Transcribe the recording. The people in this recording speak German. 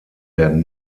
werden